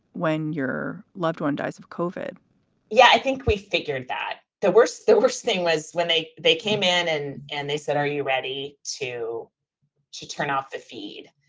when your loved one of kofod yeah. i think we figured that the worst the worst thing was when they they came in. and and they said, are you ready to to turn off the feed?